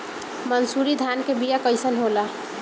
मनसुरी धान के बिया कईसन होला?